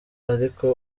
ariko